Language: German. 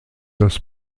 das